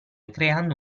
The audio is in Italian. creando